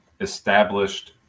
established –